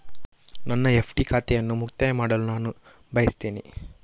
ನನ್ನ ಎಫ್.ಡಿ ಖಾತೆಯನ್ನು ಮುಕ್ತಾಯ ಮಾಡಲು ನಾನು ಬಯಸ್ತೆನೆ